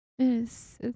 Yes